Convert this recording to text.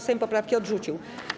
Sejm poprawki odrzucił.